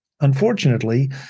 unfortunately